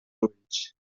ulls